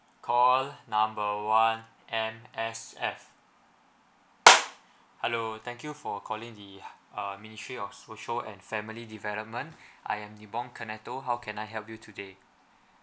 call number one M_S_F hello thank you for calling the err ministry of social and family development I am how can I help you today